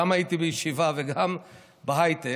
הייתי גם בישיבה וגם בהייטק,